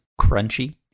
Crunchy